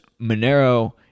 Monero